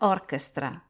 Orchestra